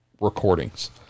recordings